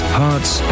hearts